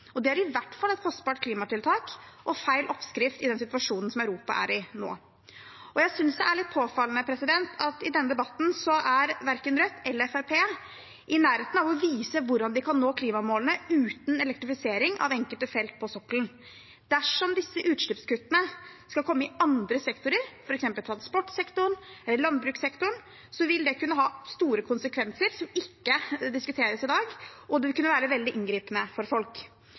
Og det er i hvert fall et kostbart klimatiltak og feil oppskrift i den situasjonen Europa er i nå. Jeg synes det er litt påfallende at i denne debatten er verken Rødt eller Fremskrittspartiet i nærheten av å vise hvordan de kan nå klimamålene uten elektrifisering av enkelte felt på sokkelen. Dersom disse utslippskuttene skal komme i andre sektorer, f.eks. transportsektoren eller landbrukssektoren, vil det kunne ha store konsekvenser som ikke diskuteres i dag, og det vil kunne være veldig inngripende for folk.